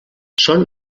són